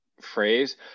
phrase